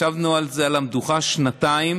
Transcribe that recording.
ישבנו על המדוכה שנתיים